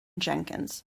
jenkins